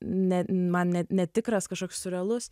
ne man ne netikras kažkoks realus